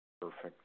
Perfect